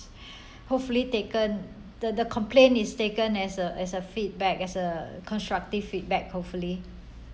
hopefully taken the the complain is taken as a as a feedback as a constructive feedback hopefully